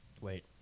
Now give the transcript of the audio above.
Wait